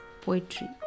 poetry